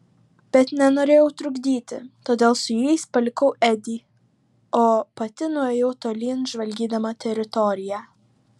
bet nenorėjau trukdyti todėl su jais palikau edį o pati nuėjau tolyn žvalgydama teritoriją